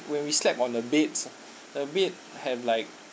when we slept on a beds the bed have like